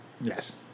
yes